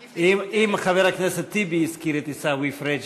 עדיף --- אם חבר הכנסת טיבי הזכיר את עיסאווי פריג',